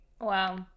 Wow